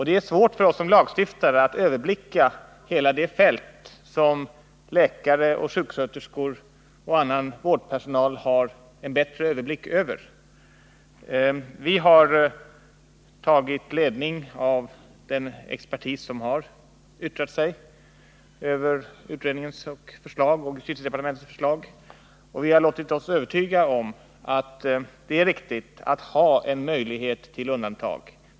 Det är svårt för oss som lagstiftare att få samma goda överblick över hela det här fältet som läkare, sjuksköterskor och annan vårdpersonal. Vi har därför tagit ledning av den expertis som har yttrat sig över utredningens och justitiedepartementets förslag, och vi har låtit oss övertygas om att det är riktigt att ha en möjlighet att göra undantag.